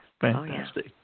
fantastic